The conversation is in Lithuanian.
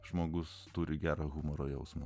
žmogus turi gerą humoro jausmą